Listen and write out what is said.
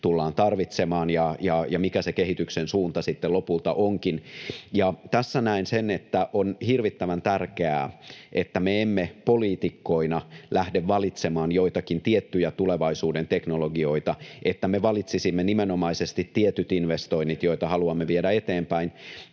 tullaan tarvitsemaan ja mikä se kehityksen suunta sitten lopulta onkin. Tässä näen sen, että on hirvittävän tärkeää, että me emme poliitikkoina lähde valitsemaan joitakin tiettyjä tulevaisuuden teknologioita, että me valitsisimme nimenomaisesti tietyt investoinnit, joita haluamme viedä eteenpäin,